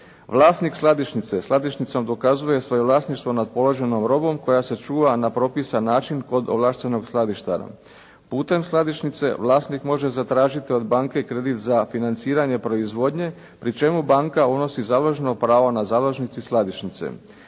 Vlasnik skladišnice skladišnicom dokazuje svoje vlasništvo nad položenom robom koja se čuva na propisan način kod ovlaštenog skladištara. Putem skladišnice vlasnik može zatražiti od banke kredit za financiranje proizvodnje pri čemu banka unosi završno pravo na završnici skladišnice.